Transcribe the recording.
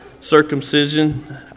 circumcision